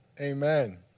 amen